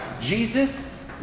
Jesus